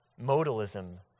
modalism